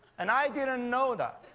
and i did know that.